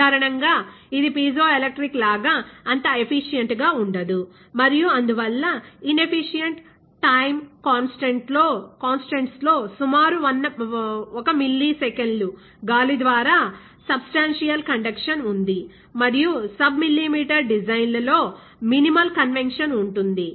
సాధారణంగా ఇది పిజోఎలెక్ట్రిక్ లాగా అంత ఎఫిషియెంట్ గా ఉండదు మరియు అందువల్ల ఇన్ఎఫిషియెంట్ టైం కాన్స్టెంట్స్ లో సుమారు 1 మిల్లీసెకన్లు గాలి ద్వారా సబ్స్టెన్షియల్ కండెక్షన్ ఉంది మరియు సబ్ మిల్లీమీటర్ డిజైన్ల లో మినిమల్ కన్వెక్షన్ ఉంటుంది